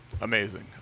Amazing